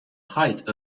height